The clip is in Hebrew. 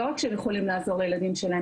לא רק שהם יכולים לעזור לילדים שלהם,